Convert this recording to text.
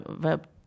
web